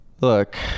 Look